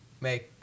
make